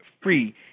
free